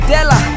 Della